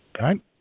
right